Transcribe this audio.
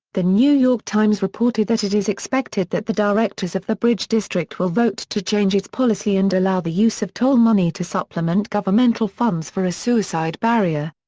the new york times reported that it is expected that the directors of the bridge district will vote to change its policy and allow the use of toll money to supplement governmental funds for a suicide barrier.